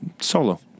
Solo